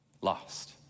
lost